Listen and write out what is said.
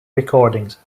recordings